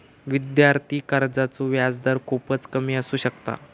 विद्यार्थी कर्जाचो व्याजदर खूपच कमी असू शकता